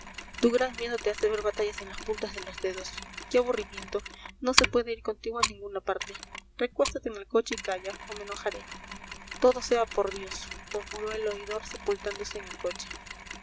tu gran miedo te hace ver batallas en las puntas de los dedos qué aburrimiento no se puede ir contigo a ninguna parte recuéstate en el coche y calla o me enojaré todo sea por dios murmuró el oidor sepultándose en el coche